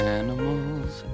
animals